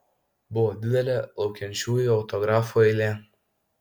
buvo didelė laukiančiųjų autografų eilė